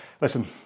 listen